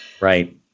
Right